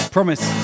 Promise